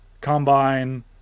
Combine